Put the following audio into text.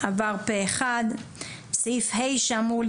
הצבעה הסעיף אושר